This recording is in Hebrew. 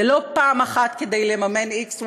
זה לא פעם אחת כדי לממן x,